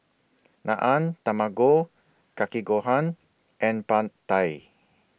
Naan Tamago Kake Gohan and Pad Thai